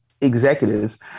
executives